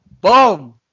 Boom